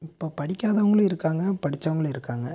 இப்போ படிக்காதவர்களும் இருக்காங்க படித்தவங்களும் இருக்காங்க